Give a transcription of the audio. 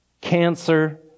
cancer